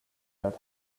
that